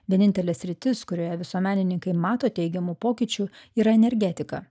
vienintelė sritis kurioje visuomenininkai mato teigiamų pokyčių yra energetika